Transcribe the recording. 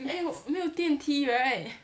then no 没有电梯 right